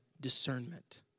discernment